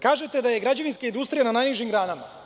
Kažete da je građevinska industrija na najnižim granama.